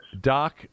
Doc